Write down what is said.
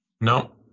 No